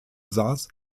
saß